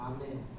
Amen